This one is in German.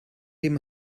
dem